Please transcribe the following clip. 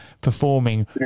performing